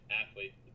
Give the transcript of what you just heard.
athlete